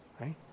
right